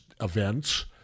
events